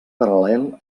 paral·lel